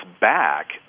back